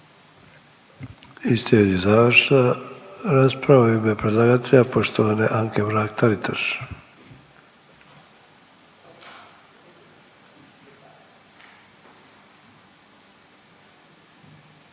I slijedi završna rasprava u ime predlagatelja, poštovane Anke Mrak Taritaš